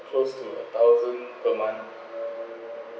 close to thousand per month